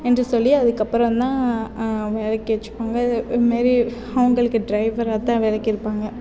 என்று சொல்லி அதுக்கப்புறம் தான் வேலைக்கு வச்சுப்பாங்க இது மாரி அவங்களுக்கு டிரைவராக தான் வேலைக்கு இருப்பாங்க